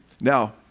Now